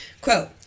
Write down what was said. quote